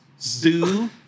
Zoo